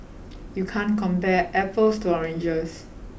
you can't compare apples to oranges